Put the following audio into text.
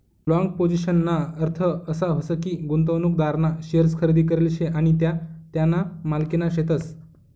long पोझिशनना अर्थ असा व्हस की, गुंतवणूकदारना शेअर्स खरेदी करेल शे आणि त्या त्याना मालकीना शेतस